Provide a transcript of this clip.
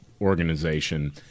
organization